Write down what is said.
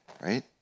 Right